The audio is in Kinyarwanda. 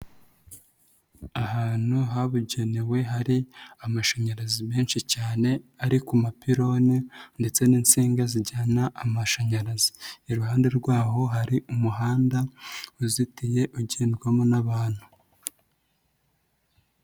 Ahantu habugenewe hari amashanyarazi menshi cyane ari ku mapirone ndetse n'insinga zijyana amashanyarazi, iruhande rw'aho hari umuhanda uzitiye ugendwamo n'abantu.